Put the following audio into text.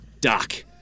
Doc